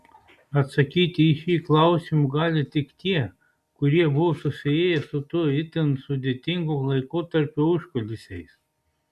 atsakyti į šį klausimą gali tik tie kurie buvo susiję su to itin sudėtingo laikotarpio užkulisiais